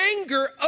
anger